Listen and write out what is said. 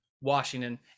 Washington